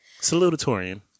Salutatorian